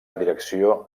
direcció